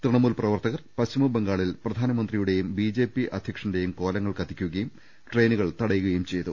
തൃണമൂൽ പ്രവർത്തകർ ് പശ്ചിമ ബംഗാളിൽ പ്രധാ നമന്ത്രിയുടേയും ബിജെപി അധ്യക്ഷന്റേയും കോലങ്ങൾ കത്തിക്കു കയും ട്രെയിനുകൾ തടയുകയും ചെയ്തു